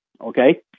Okay